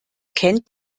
kennt